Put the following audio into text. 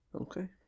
Okay